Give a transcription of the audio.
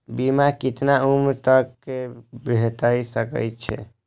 बीमा केतना उम्र तक के भे सके छै?